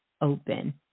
open